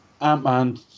Ant-Man